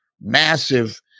massive